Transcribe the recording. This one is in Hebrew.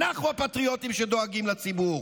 אנחנו הפטריוטים שדואגים לציבור.